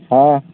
ହଁ